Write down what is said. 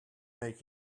make